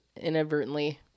inadvertently